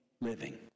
living